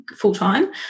full-time